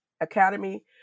academy